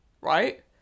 Right